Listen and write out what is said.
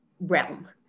realm